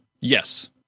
yes